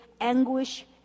anguish